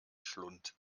schlund